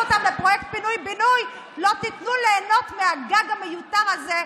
לפרויקט פינוי-בינוי לא תיתנו ליהנות מהגג המיותר הזה,